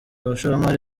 abashoramari